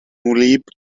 wlyb